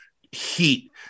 heat